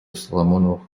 соломоновых